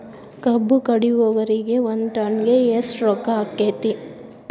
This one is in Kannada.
ಕಬ್ಬು ಕಡಿಯುವರಿಗೆ ಒಂದ್ ಟನ್ ಗೆ ಎಷ್ಟ್ ರೊಕ್ಕ ಆಕ್ಕೆತಿ?